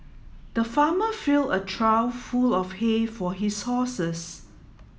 the farmer fill a trough full of hay for his horses